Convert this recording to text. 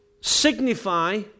signify